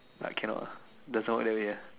but cannot ah it doesn't work that way ah